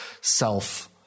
self-